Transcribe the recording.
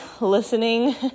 listening